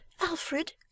Alfred—